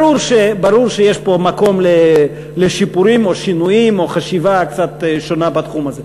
ברור שיש פה מקום לשיפורים או שינויים או חשיבה קצת שונה בתחום הזה.